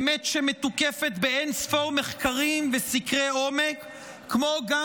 אמת שמתוקפת באין-ספור מחקרים וסקרי עומק, כמו גם